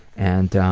and